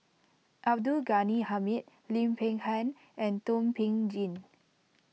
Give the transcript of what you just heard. Abdul Ghani Hamid Lim Peng Han and Thum Ping Tjin